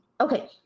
okay